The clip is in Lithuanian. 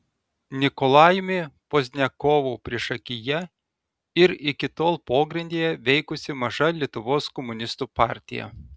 nikolajumi pozdniakovu priešakyje ir iki tol pogrindyje veikusi maža lietuvos komunistų partija